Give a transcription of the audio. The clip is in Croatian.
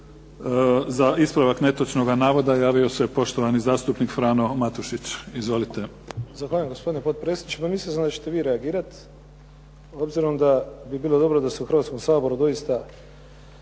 Za ispravak netočnog navoda javio se poštovani zastupnik Frano Matušić. Izvolite. **Matušić, Frano (HDZ)** Zahvaljujem gospodine potpredsjedniče. Pa mislio sam da ćete vi reagirati obzirom da bi bilo dobro da se u Hrvatskom saboru doista